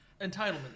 Entitlement